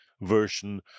version